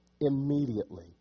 Immediately